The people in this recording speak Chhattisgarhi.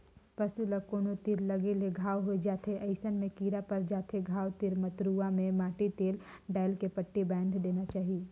पसू ल कोनो तीर लगे ले घांव हो जाथे अइसन में कीरा पर जाथे घाव तीर म त रुआ में माटी तेल डायल के पट्टी बायन्ध देना चाही